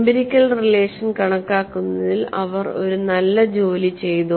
empirical relation കണക്കാക്കുന്നതിൽ അവർ ഒരു നല്ല ജോലി ചെയ്തു